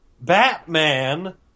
Batman